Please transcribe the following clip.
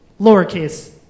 lowercase